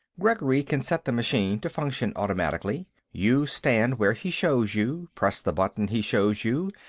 gregory can set the machine to function automatically. you stand where he shows you, press the button he shows you,